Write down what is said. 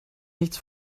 nichts